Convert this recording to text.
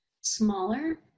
smaller